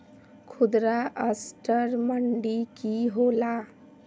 खुदरा असटर मंडी की होला?